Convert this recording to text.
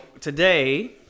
today